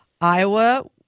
Iowa